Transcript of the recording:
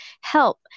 help